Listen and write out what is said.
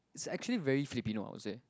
it's actually very Filipino I would say